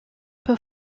peu